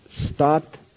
Start